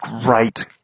great